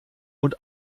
und